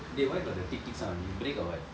dey why got the tick tick sound you break or what